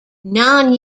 non